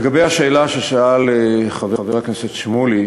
לגבי השאלה ששאל חבר הכנסת שמולי,